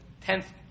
tenth